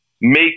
make